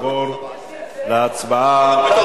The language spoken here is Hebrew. ולאחר מכן נעבור להצבעה על הצעת